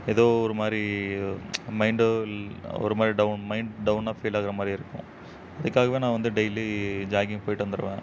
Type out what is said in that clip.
ஏதோ ஒரு மாதிரி யோ மைண்டோ இல் ஒரு மாதிரி டவுன் மைண்ட் டவுனாக ஃபீல் ஆகுற மாதிரியே இருக்கும் அதுக்காகவே நான் வந்து டெய்லி ஜாகிங் போய்ட்டு வந்துடுவேன்